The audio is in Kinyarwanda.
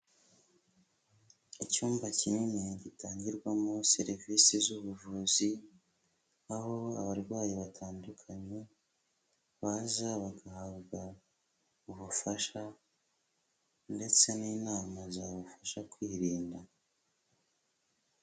Icyumba kinini gitangirwamo serivisi z'ubuvuzi, aho abarwayi batandukanye baza bagahabwa ubufasha ndetse n'inama zabafasha kwirinda.